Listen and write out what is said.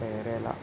പേരയില